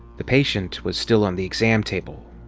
the patient was still on the exam table,